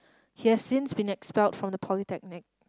he has since been expelled from the polytechnic